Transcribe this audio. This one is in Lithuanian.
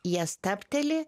jie stabteli